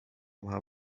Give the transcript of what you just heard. maha